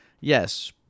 yes